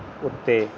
ਉੱਤੇ